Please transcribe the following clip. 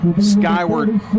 skyward